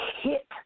hit